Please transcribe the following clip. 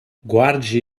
guarde